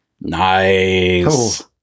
Nice